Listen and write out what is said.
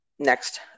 next